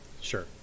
Sure